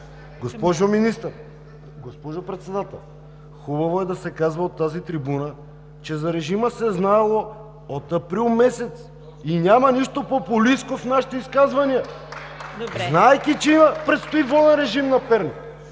Госпожо Министър, госпожо Председател, хубаво е да се казва от тази трибуна, че за режима се е знаело от април месец. Няма нищо популистко в нашите изказвания, знаейки, че предстои воден режим на Перник.